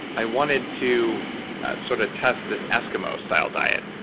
i wanted to sort of test this eskimo style diet.